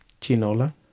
Chinola